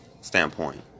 standpoint